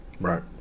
right